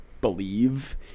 believe